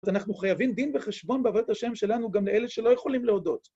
אנחנו חייבים דין וחשבון בעבודת השם שלנו גם לאלה שלא יכולים להודות.